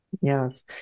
Yes